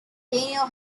daniel